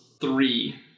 three